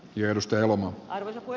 tiedustelu voi